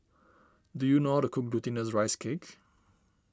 do you know how to cook Glutinous Rice Cake